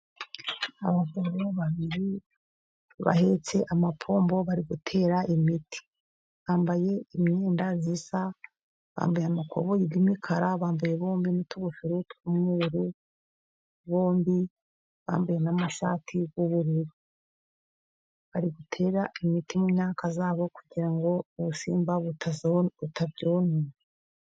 Abagabo babiri, bahetse amapombo bari gutera imiti, bambaye imyenda isa bambaye amakoboyi y' umukara bambaye bombi n' utugofero tw' umweru, bombi bambaye n' amashati y' ubururu bari gutera umuti mu myaka yabo, kugira ngo ubusimba butayona.